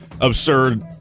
Absurd